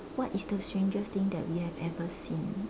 what is the strangest thing that we have ever seen